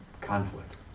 conflict